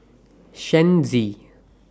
Shen Xi